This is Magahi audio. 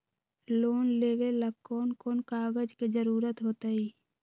लोन लेवेला कौन कौन कागज के जरूरत होतई?